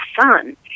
son